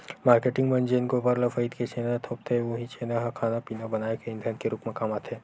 marketing मन जेन गोबर ल सइत के छेना थोपथे उहीं छेना ह खाना पिना बनाए के ईधन के रुप म काम आथे